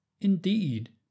Indeed